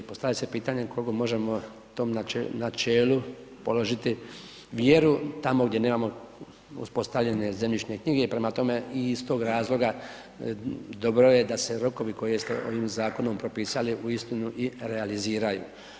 Postavlja se pitanje koliko možemo tome načelu položiti vjeru tamo gdje nemamo uspostavljene zemljišne knjige, prema tome i iz tog razloga dobro je da se rokovi koje ste ovim zakonom propisali uistinu i realiziraju.